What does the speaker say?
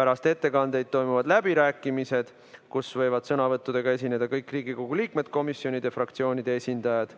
Pärast ettekandeid toimuvad läbirääkimised, kus võivad sõnavõtuga esineda kõik Riigikogu liikmed, komisjonide ja fraktsioonide esindajad.